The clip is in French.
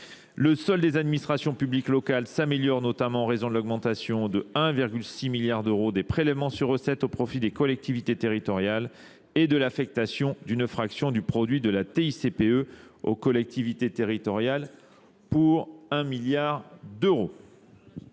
Le solde des administrations publiques locales s'améliore notamment en raison de l'augmentation de 1,6 milliard d'euros des prélèvements sur recette au profit des collectivités territoriales et de l'affectation d'une fraction du produit de la TICPE aux collectivités territoriales pour 1 milliard d'euros.